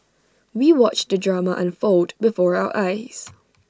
we watched the drama unfold before our eyes